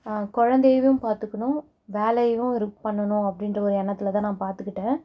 குழந்தையைவும் பார்த்துக்குணும் வேலையைவும் இருக் பண்ணணும் அப்படின்ற ஒரு எண்ணத்தில் தான் நான் பார்த்துக்கிட்டேன்